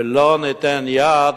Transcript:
ולא ניתן יד